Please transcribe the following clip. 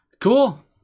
Cool